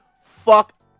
fuck